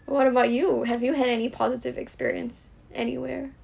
what about you have you had any positive experience anywhere